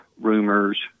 rumors